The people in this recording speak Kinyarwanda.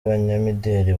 abanyamideri